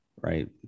right